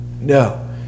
no